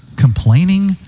complaining